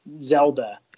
Zelda